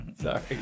Sorry